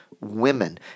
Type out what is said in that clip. Women